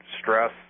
stress